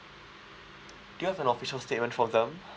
do you have an official statement from them